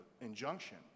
injunction